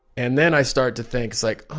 and then i start to think, it's like, oh,